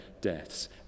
deaths